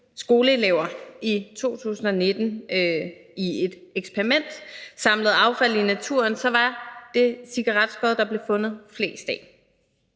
skoleelever i 2019 i et eksperiment samlede affald i naturen, var det cigaretskod, der blev fundet mest af.